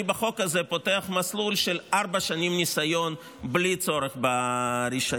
בחוק הזה אני פותח מסלול של ארבע שנים ניסיון בלי צורך ברישיון,